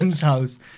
house